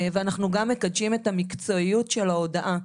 ואנחנו גם מקדשים את המקצועיות של ההודעה.